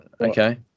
Okay